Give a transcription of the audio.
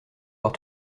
voir